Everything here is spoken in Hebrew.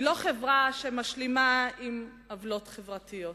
היא לא חברה שמשלימה עם עוולות חברתיות.